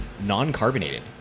non-carbonated